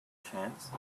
chance